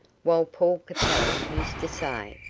while paul capel used to say,